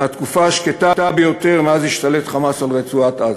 מהתקופה השקטה ביותר מאז השתלט "חמאס" על רצועת-עזה.